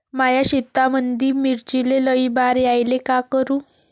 माया शेतामंदी मिर्चीले लई बार यायले का करू?